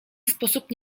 sposób